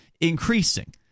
increasing